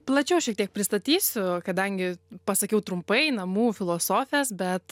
plačiau šitiek pristatysiu kadangi pasakiau trumpai namų filosofės bet